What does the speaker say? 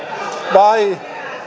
vai